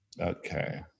Okay